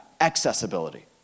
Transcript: accessibility